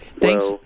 Thanks